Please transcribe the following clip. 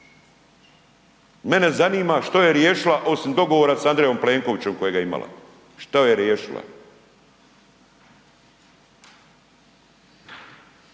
mene zanima što je riješila osim dogovora s Andrejom Plenkovićem kojega je imala, šta je riješila.